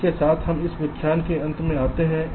तो इसके साथ हम इस व्याख्यान के अंत में आते हैं